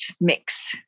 mix